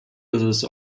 des